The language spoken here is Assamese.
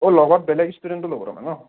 অঁ লগত বেলেগ ষ্টুডেনটকো ল'ব তাৰমানে ন